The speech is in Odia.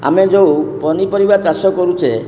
ଆମେ ଯେଉଁ ପନିପରିବା ଚାଷ କରୁଛେ